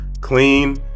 clean